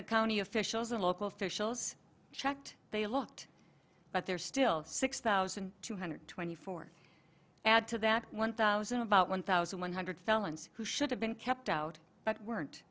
the county officials and local officials checked they looked but they're still six thousand two hundred twenty four add to that one thousand about one thousand one hundred felons who should have been kept out but weren't